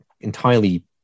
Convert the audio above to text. entirely